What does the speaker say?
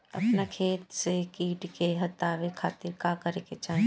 अपना खेत से कीट के हतावे खातिर का करे के चाही?